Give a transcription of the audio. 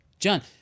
John